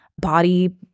body